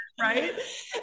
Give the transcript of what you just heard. Right